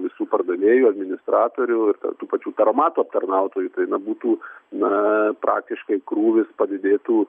visų pardavėjų administratorių ir tų pačių taromato aptarnautojų tai na būtų na praktiškai krūvis padidėtų